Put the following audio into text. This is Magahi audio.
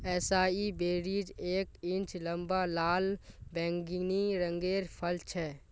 एसाई बेरीज एक इंच लंबा लाल बैंगनी रंगेर फल छे